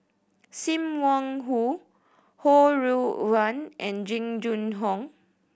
Sim Wong Hoo Ho Rui An and Jing Jun Hong